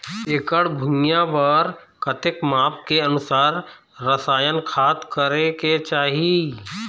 एकड़ भुइयां बार कतेक माप के अनुसार रसायन खाद करें के चाही?